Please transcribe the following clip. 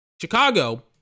Chicago